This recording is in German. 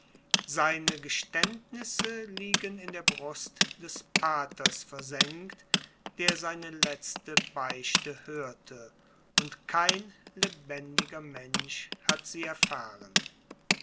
seine geständnisse liegen in der brust des paters versenkt der seine letzte beichte hörte und kein lebendiger mensch hat sie erfahren